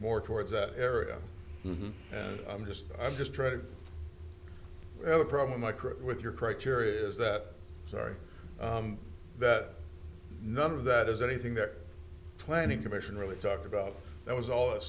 more towards that area and i'm just i'm just trying to have a problem micro with your criteria is that sorry that none of that is anything they're planning commission really talked about that was all that